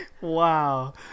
Wow